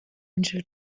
angel